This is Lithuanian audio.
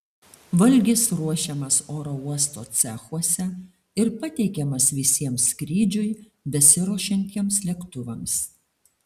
valgis ruošiamas oro uosto cechuose ir pateikiamas visiems skrydžiui besiruošiantiems lėktuvams